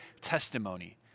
testimony